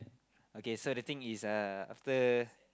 okay so the thing is uh after